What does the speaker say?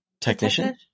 technician